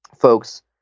folks